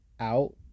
out